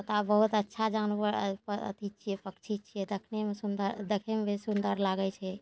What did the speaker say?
तोता बहुत अच्छा जानवर अथी छिए पक्षी छिए देखैमे सुन्दर देखैमे भी सुन्दर लागै छै